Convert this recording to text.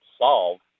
solve